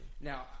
Now